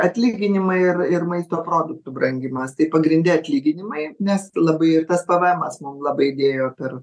atlyginimai ir ir maisto produktų brangimas tai pagrinde atlyginimai nes labai ir tas pvemas mum labai dėjo per